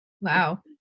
Wow